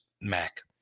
Mac